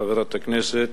חברת הכנסת.